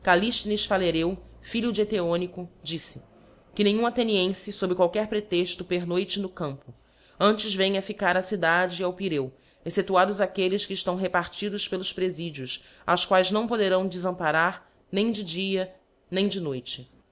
masmaderion callifthenes phalereu filho de eteonico diffeique nenhum athenienfe fob qualquer pretexto pernoite no campo antes venha ficar á cidade e ao pireu exceptuados aquelles que eftáo repartidos pelos preíidios aos quaes não poderão defamparar nem de dia nem de noite